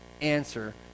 answer